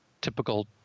typical